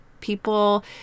people